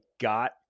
got